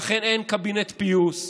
לכן אין קבינט פיוס.